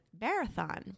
marathon